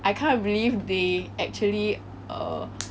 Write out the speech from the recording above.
I can't believe they actually err